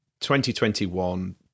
2021